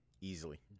easily